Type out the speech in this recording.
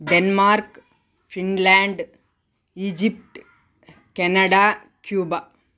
Denmark Finland Egypt Canada Cuba